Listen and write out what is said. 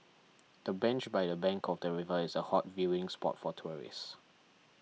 the bench by the bank of the river is a hot viewing spot for tourists